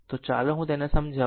તો ચાલો હું તેને સમજાવું